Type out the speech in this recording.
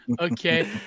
okay